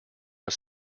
was